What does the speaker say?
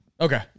Okay